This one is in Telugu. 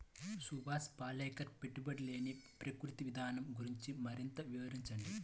సుభాష్ పాలేకర్ పెట్టుబడి లేని ప్రకృతి విధానం గురించి మరింత వివరించండి